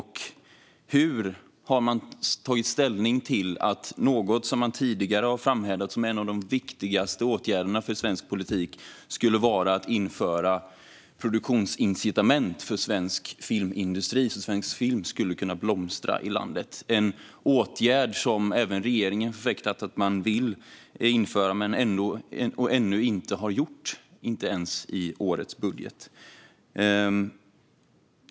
Hur har man tagit ställning till något som man tidigare framhävt som en av de viktigaste åtgärderna för svensk politik, nämligen att införa produktionsincitament för svensk filmindustri så att svensk film kan blomstra i landet? Det är en åtgärd som även regeringen har förfäktat att den vill införa. Men detta har ännu inte skett, inte ens i årets budget.